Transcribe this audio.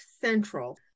Central